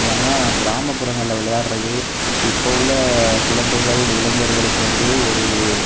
ஏன்னால் கிராமப்புறங்களில் விளையாடுவது இப்போது உள்ள குழந்தைகள் இளைஞர்களுக்கு வந்து ஒரு